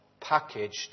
packaged